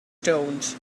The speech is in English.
stones